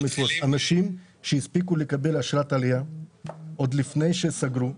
אנשים שהספיקו לקבל אשרת עלייה עוד לפני שסגרו.